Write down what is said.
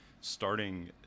starting